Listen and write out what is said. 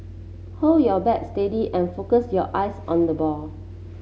hold your bat steady and focus your eyes on the ball